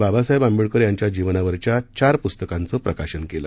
बाबासाहेब आंबेडकर यांच्या जीवनावरच्या चार पुस्तकांचं प्रकाशन केलं